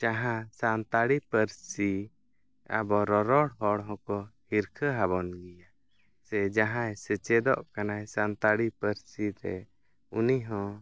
ᱡᱟᱦᱟᱸ ᱥᱟᱱᱛᱟᱲᱤ ᱯᱟᱹᱨᱥᱤ ᱟᱵᱚ ᱨᱚᱨᱚᱲ ᱦᱚᱲ ᱦᱚᱸᱠᱚ ᱦᱤᱨᱠᱷᱟᱹᱦᱟᱵᱚᱱ ᱜᱮᱭᱟ ᱥᱮ ᱡᱟᱦᱟᱭ ᱥᱮᱪᱮᱫᱚᱜ ᱠᱟᱱᱟᱭ ᱥᱟᱱᱛᱟᱲᱤ ᱯᱟᱹᱨᱥᱤᱨᱮ ᱩᱱᱤ ᱦᱚᱸ